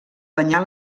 danyar